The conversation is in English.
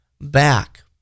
back